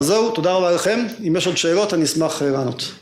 זהו תודה רבה לכם, אם יש עוד שאלות אני אשמח לענות